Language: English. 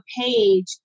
page